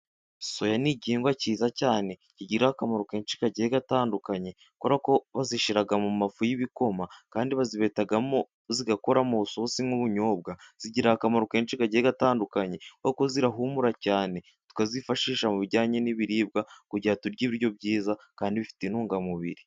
Soya ni igihingwa cyiza cyane kigira akamaro kenshi kagiye gatandukanye kubera ko bazishyira mu mafu y'ibikoma, kandi bazibetamo zigakora mw'isosi nk'ubunyobwa, zigira akamaro kenshi kagiye gatandukanye kuko zirahumura cyane tukazifashisha mu bijyanye n'ibiribwa kujyira turye ibiryo byiza kandi bifite intungamubiri.